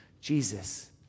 Jesus